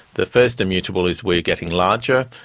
the first immutable is we are getting larger,